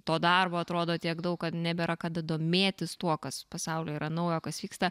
to darbo atrodo tiek daug kad nebėra kada domėtis tuo kas pasaulio yra naujo kas vyksta